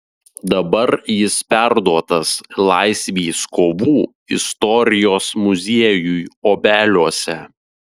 dabar jis perduotas laisvės kovų istorijos muziejui obeliuose